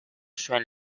zuen